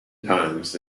times